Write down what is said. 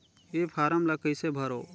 ये फारम ला कइसे भरो?